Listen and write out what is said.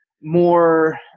more